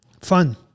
Fun